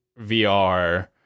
VR